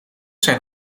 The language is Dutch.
zijn